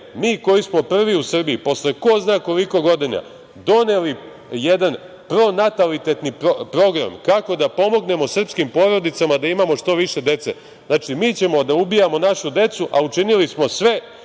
mi koji smo prvi u Srbiji, posle ko zna koliko godina, doneli jedan pronatalitetni program kako da pomognemo srpskim porodicama da imamo što više dece? Znači, mi ćemo da ubijamo našu decu, a učinili smo sve